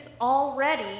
already